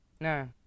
No